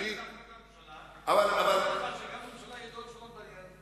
גם בממשלה היו דעות שונות בעניין הזה.